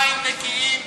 אל תהרוס.